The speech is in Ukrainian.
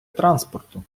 транспорту